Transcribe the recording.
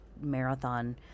marathon